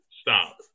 stop